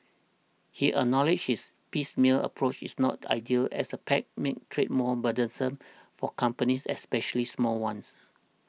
he acknowledged this piecemeal approach is not ideal as the pacts make trade more burdensome for companies especially small ones